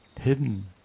Hidden